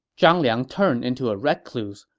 zhang liang turned into a recluse,